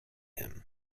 him